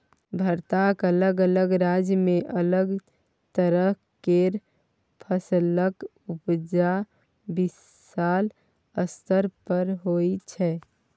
भारतक अलग अलग राज्य में अलग तरह केर फसलक उपजा विशाल स्तर पर होइ छै